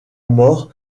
mort